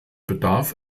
bedarf